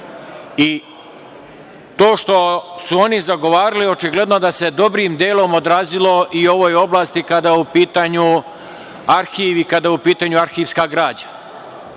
To što su oni zagovarali očigledno da se dobrim delom odrazilo i u ovoj oblasti kada je u pitanju arhiv i kada je u pitanju arhivska građa. Mi